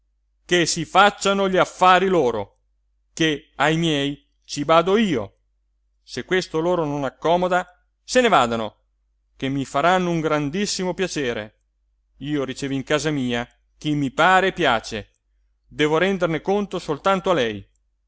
che si facciano gli affari loro ché ai miei ci bado io se questo loro non accomoda se ne vadano che mi faranno un grandissimo piacere io ricevo in casa mia chi mi pare e piace devo renderne conto soltanto a lei